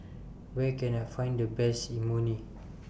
Where Can I Find The Best Imoni